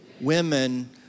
Women